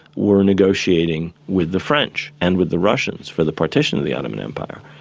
were negotiating with the french and with the russians for the partition of the ottoman empire,